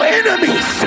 enemies